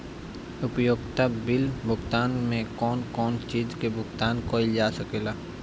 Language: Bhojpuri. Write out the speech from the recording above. उपयोगिता बिल भुगतान में कौन कौन चीज के भुगतान कइल जा सके ला?